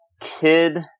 kid